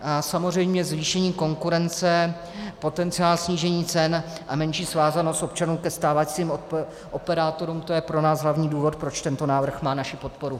A samozřejmě zvýšení konkurence, potenciál snížení cen a menší svázanost občanů ke stávajícím operátorům, to je pro nás hlavní důvod, proč tento návrh má naši podporu.